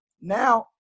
now